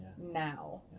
now